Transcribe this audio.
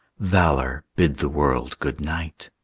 valor, bid the world good-night.